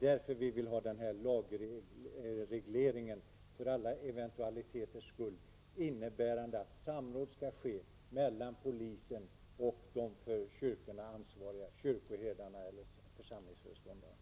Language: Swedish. Därför vill vi ha denna lagreglering för alla eventualiteters skull, innebärande att samråd skall ske mellan polisen och de för kyrkorna ansvariga kyrkoherdarna eller församlingsföreståndarna.